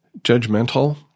judgmental